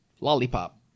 Lollipop